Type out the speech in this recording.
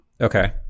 Okay